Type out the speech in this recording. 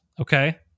Okay